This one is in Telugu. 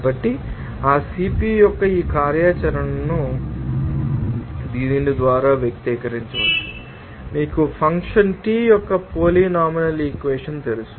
కాబట్టి ఆ CP యొక్క ఈ కార్యాచరణను దీని ద్వారా వ్యక్తీకరించవచ్చు మీకు ఫంక్షన్ T యొక్క పోలీనామినల్ ఈక్వెషన్ తెలుసు